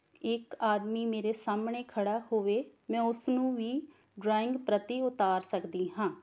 ਇੱਕ ਆਦਮੀ ਮੇਰੇ ਸਾਹਮਣੇ ਖੜ੍ਹਾ ਹੋਵੇ ਮੈਂ ਉਸ ਨੂੰ ਵੀ ਡਰਾਇੰਗ ਪ੍ਰਤੀ ਉਤਾਰ ਸਕਦੀ ਹਾਂ